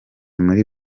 muri